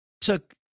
took